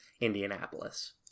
indianapolis